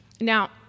Now